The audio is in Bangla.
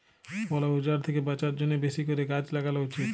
বল উজাড় থ্যাকে বাঁচার জ্যনহে বেশি ক্যরে গাহাচ ল্যাগালো উচিত